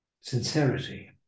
sincerity